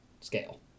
scale